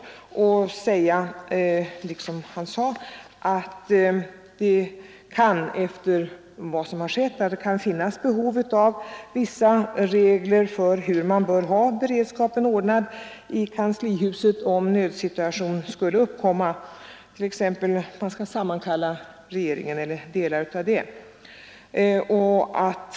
Liksom herr Hernelius sade anser utskottet att det efter vad som har skett kan finnas behov av vissa regler för hur beredskapen skall vara ordnad i kanslihuset om nödsituation skulle uppkomma — t.ex. att regeringen eller delar av den skall sammankallas.